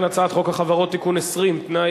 ההצעה להעביר את הצעת חוק החברות (תיקון מס' 20) (תנאי